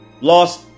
lost